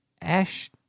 Ash